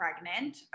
pregnant